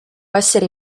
essere